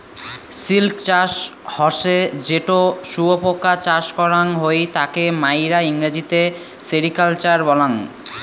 silk চাষ হসে যেটো শুয়োপোকা চাষ করাং হই তাকে মাইরা ইংরেজিতে সেরিকালচার বলাঙ্গ